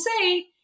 say